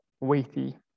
weighty